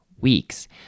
weeks